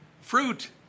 Fruit